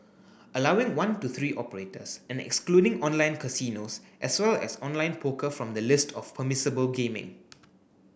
allowing one to three operators and excluding online casinos as well as online poker from the list of permissible gaming